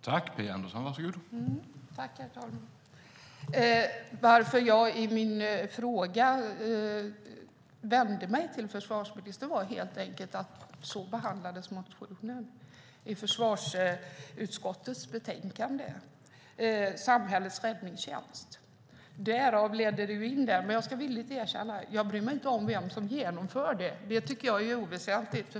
Herr talman! Anledningen till att jag i min fråga vände mig till försvarsministern är helt enkelt att så behandlades motionen i försvarsutskottets betänkande Samhällets räddningstjänst. Därav leddes jag in på detta. Jag ska villigt erkänna att jag inte bryr mig om vem som genomför det här. Det tycker jag är oväsentligt.